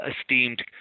esteemed